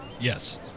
Yes